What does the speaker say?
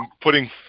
putting